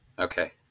okay